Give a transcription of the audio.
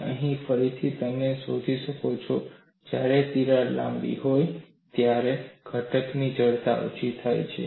અને અહીં ફરીથી તમે શોધી શકો છો જ્યારે તિરાડ લાંબી હોય ત્યારે ઘટકની જડતા ઓછી થાય છે